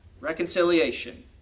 reconciliation